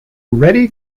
ready